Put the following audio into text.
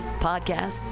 podcasts